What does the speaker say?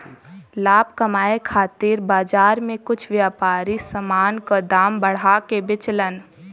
लाभ कमाये खातिर बाजार में कुछ व्यापारी समान क दाम बढ़ा के बेचलन